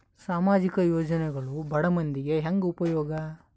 ಸಾಮಾಜಿಕ ಯೋಜನೆಗಳು ಬಡ ಮಂದಿಗೆ ಹೆಂಗ್ ಉಪಯೋಗ?